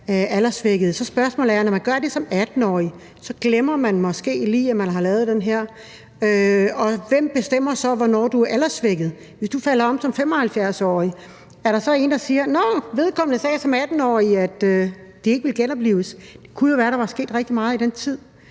alderssvækket, så er spørgsmålet, at når man gør det som 18-årig, glemmer man måske lige, at man har lavet det her. Og hvem bestemmer så, hvornår du er alderssvækket? Hvis du falder om som 75-årig, er der så en, der siger: Nåh, vedkommende sagde som 18-årig, at han ikke ville genoplives? Det kunne jo være, der var sket rigtig meget i den tid.